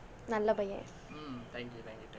நல்ல பையன்:nalla paiyan